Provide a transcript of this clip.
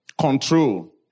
control